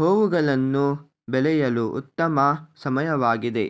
ಹೂವುಗಳನ್ನು ಬೆಳೆಯಲು ಉತ್ತಮ ಸಮಯವಾಗಿದೆ